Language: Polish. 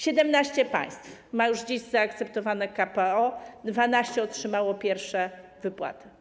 17 państw ma już dziś zaakceptowane KPO, 12 otrzymało pierwsze wypłaty.